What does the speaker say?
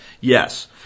Yes